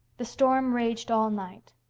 the storm raged all night,